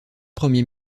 premier